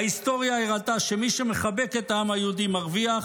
"ההיסטוריה הראתה שמי שמחבק את העם היהודי מרוויח,